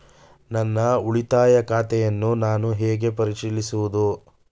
ನನ್ನ ಉಳಿತಾಯ ಖಾತೆಯನ್ನು ನಾನು ಹೇಗೆ ಪರಿಶೀಲಿಸುವುದು?